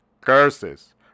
curses